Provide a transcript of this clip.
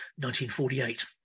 1948